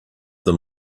them